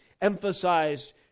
emphasized